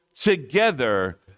together